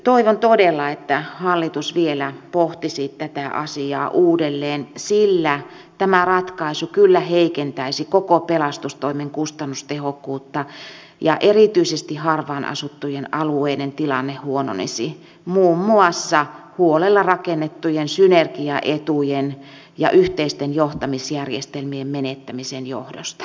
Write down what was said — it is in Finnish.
toivon todella että hallitus vielä pohtisi tätä asiaa uudelleen sillä tämä ratkaisu kyllä heikentäisi koko pelastustoimen kustannustehokkuutta ja erityisesti harvaan asuttujen alueiden tilanne huononisi muun muassa huolella rakennettujen synergiaetujen ja yhteisten johtamisjärjestelmien menettämisen johdosta